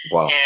Wow